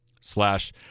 slash